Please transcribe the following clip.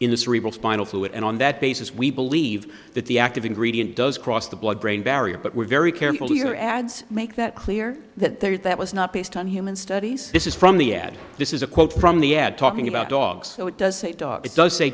in the cerebral spinal fluid and on that basis we believe that the active ingredient does cross the blood brain barrier but we're very careful to your ads make that clear that they're that was not based on human studies this is from the ad this is a quote from the ad talking about dogs so it does say it does say